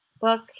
book